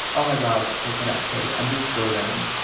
oh, my god. coconut cake. i'm disturbing.